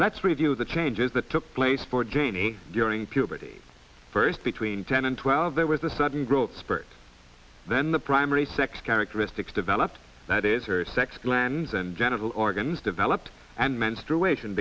let's review the changes that took place for janie during puberty first between ten and twelve there was a sudden growth spurt then the primary sex characteristics developed that is her sex glands and genital organs developed and menstrua